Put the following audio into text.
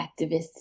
activists